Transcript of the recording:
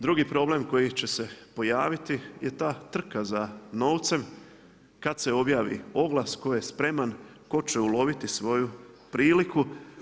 Drugi problem koji će se pojaviti je ta trka za novcem kad se objavi oglas tko je spreman, tko će uloviti svoju priliku.